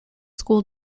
school